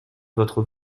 votre